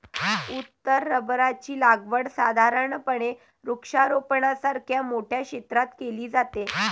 उत्तर रबराची लागवड साधारणपणे वृक्षारोपणासारख्या मोठ्या क्षेत्रात केली जाते